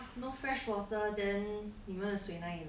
ha no freshwater then 你们的水哪里拿